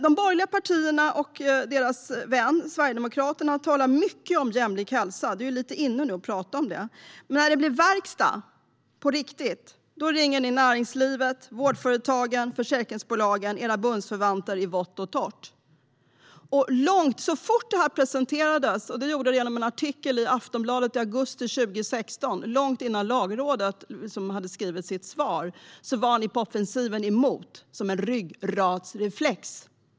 De borgliga partierna och deras vän Sverigedemokraterna talar mycket om jämlik hälsa - det är lite inne nu att prata om det. Men när det blir verkstad på riktigt, då ringer ni näringslivet, vårdföretagen och försäkringsbolagen - era bundsförvanter i vått och torrt. Så fort det här förslaget presenterades genom en artikel i Aftonbladet i augusti 2016, långt innan Lagrådet hade skrivit sitt yttrande, var ni på offensiven emot detta som en ryggradsreflex.